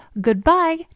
goodbye